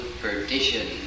perdition